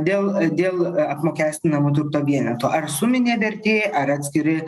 dėl dėl apmokestinamo turto vieneto ar suminė vertė ar atskiri